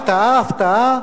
הפתעה-הפתעה,